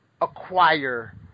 acquire